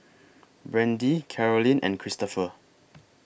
Brandie Carolyn and Christoper